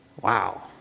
Wow